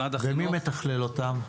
ומי מתכלל אותם?